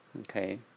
Okay